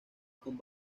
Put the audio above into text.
con